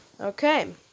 Okay